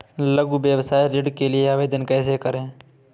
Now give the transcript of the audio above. लघु व्यवसाय ऋण के लिए आवेदन कैसे करें?